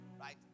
right